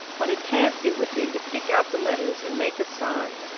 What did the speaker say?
what a task it would be to pick out the letters and make a sign!